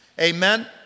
Amen